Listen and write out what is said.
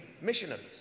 missionaries